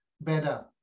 better